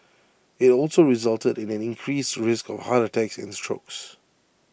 IT also resulted in an increased risk of heart attacks and strokes